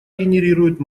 генерирует